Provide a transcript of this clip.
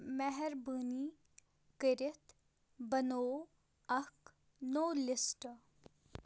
مہربٲنی کٔرِتھ بنو اَکھ نوٚو لسٹہٕ